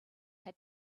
had